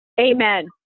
Amen